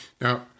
Now